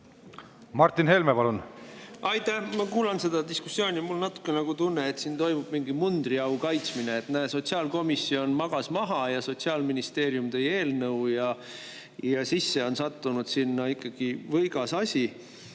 Martin Helme, palun! Aitäh! Ma kuulan seda diskussiooni ja mul on natuke nagu tunne, et siin toimub mingi mundriau kaitsmine – näe, sotsiaalkomisjon magas maha ja Sotsiaalministeerium tõi eelnõu ja sinna sisse on sattunud ikkagi võigas asi.